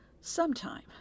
sometime